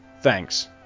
Thanks